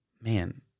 Man